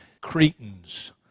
Cretans